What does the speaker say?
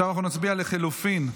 נצביע על לחלופין,